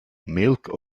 milk